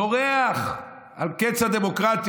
צורח על קץ הדמוקרטיה.